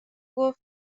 گفت